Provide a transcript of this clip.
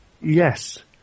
Yes